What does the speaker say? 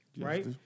right